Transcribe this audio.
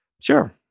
Sure